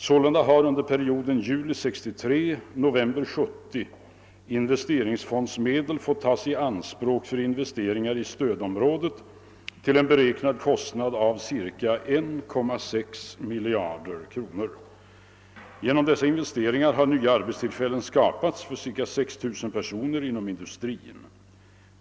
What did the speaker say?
Sålunda har under perioden juli 1963—november 1970 investeringsfondsmedel fått tas i anspråk för investeringar i stödområdet till en beräknad kostnad av ca 1,6 miljarder kronor. Genom dessa investeringar har nya arbetstillfällen skapats för ca 6 000 personer inom industrin.